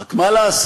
רק מה לעשות?